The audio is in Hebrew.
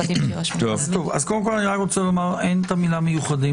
קודם כול, אין את המילה "מיוחדים".